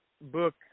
book –